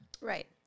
Right